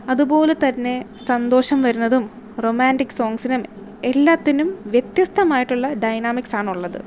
അതുപോലെ തന്നെ സന്തോഷം വരുന്നതും റൊമാന്റിക് സോങ്ങ്സിനും എല്ലാത്തിനും വ്യത്യസ്തമായിട്ടുള്ള ഡയനാമിക്സാണുള്ളത്